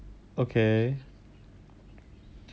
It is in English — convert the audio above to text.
okay